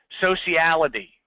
sociality